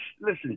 listen